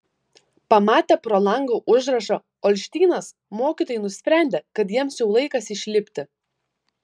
pamatę pro langą užrašą olštynas mokytojai nusprendė kad jiems jau laikas išlipti